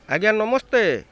ଆଜ୍ଞା ନମସ୍ତେ